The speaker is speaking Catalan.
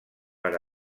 per